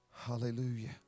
Hallelujah